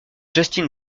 justin